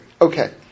Okay